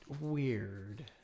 weird